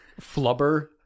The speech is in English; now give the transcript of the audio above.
flubber